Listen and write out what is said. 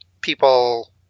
people